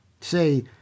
Say